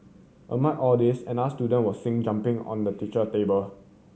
amid all this another student was seen jumping on the teacher table